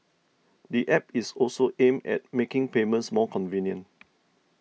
the App is also aimed at making payments more convenient